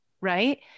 right